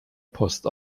post